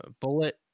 bullet